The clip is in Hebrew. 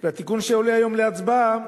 והתיקון שעולה היום להצבעה,